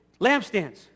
Lampstands